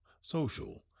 social